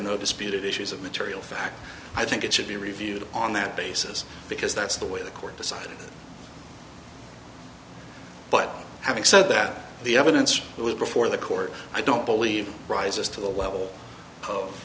no disputed issues of material fact i think it should be reviewed on that basis because that's the way the court decided but having said that the evidence that was before the court i don't believe rises to the level of